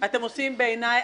אתם עושים עבודה